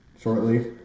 shortly